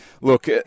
look